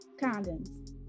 Condoms